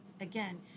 again